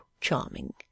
charming